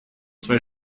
zwei